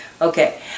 Okay